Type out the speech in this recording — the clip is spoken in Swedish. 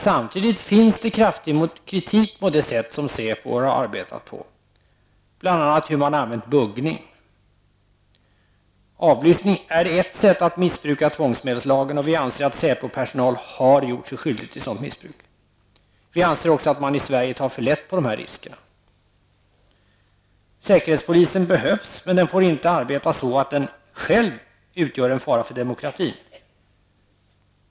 Samtidigt framförs kraftig kritik mot det sätt på vilket SÄPO har arbetat. Bl.a. kritiseras sättet att använda buggning. Avlyssning är ett sätt att missbruka tvångsmedelslagen. Vi i miljöpartiet anser att säkerhetspolisen har gjort sig skyldig till sådant missbruk. Vi anser också att man i Sverige tar för lätt på riskerna med detta. Säkerhetspolisen behövs, men den får inte arbeta så att den utgör en fara för demokratin.